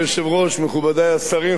חברי חברי הכנסת,